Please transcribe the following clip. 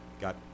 got